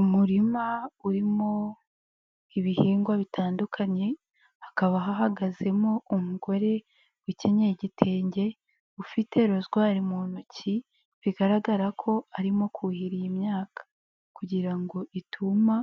Umurima urimo ibihingwa bitandukanye, hakaba hahagazemo umugore ukenyeye igitenge ufite rozwari mu ntoki, bigaragara ko arimo kuhira iyi imyaka kugira ngo ituma